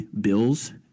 bills